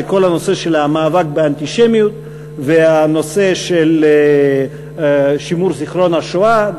כל המאבק באנטישמיות ושימור זיכרון השואה,